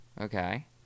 Okay